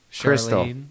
Crystal